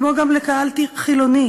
כמו גם לקהל חילוני